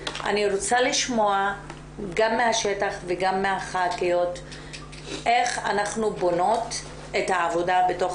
אני רוצה לשמוע גם מהשטח וגם מהח"כיות איך אנחנו בונות את העבודה בתוך